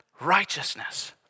righteousness